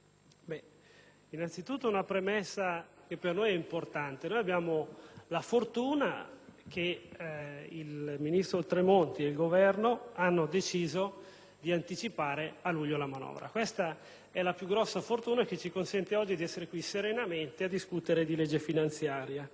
preme fare una premessa, per noi importante. Abbiamo la fortuna che il ministro Tremonti e il Governo hanno deciso di anticipare a luglio la manovra. Questa è la più grossa fortuna che ci consente oggi di essere qui serenamente a discutere di legge finanziaria.